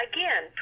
Again